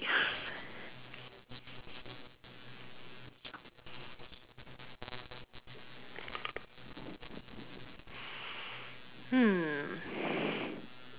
hmm